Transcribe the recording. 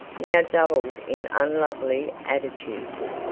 now doubled in unlovely attitudes,